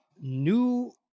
new